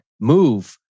move